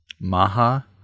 Maha